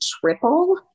triple